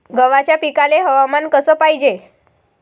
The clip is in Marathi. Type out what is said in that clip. गव्हाच्या पिकाले हवामान कस पायजे?